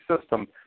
system